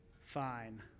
fine